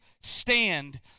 stand